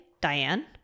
Diane